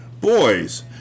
Boys